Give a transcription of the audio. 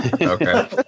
Okay